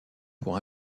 pour